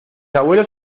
abuelos